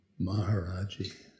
Maharaji